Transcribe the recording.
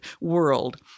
world